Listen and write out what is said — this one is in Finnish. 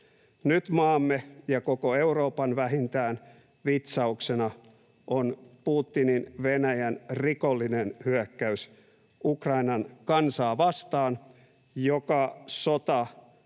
Nyt maamme ja vähintään koko Euroopan vitsauksena on Putinin Venäjän rikollinen hyökkäys Ukrainan kansaa vastaan, sota, joka